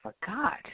forgot